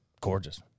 gorgeous